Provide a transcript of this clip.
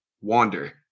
Wander